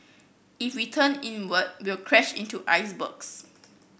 if we turn inward we'll crash into icebergs